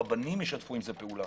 הרבנים ישתפו עם זה פעולה.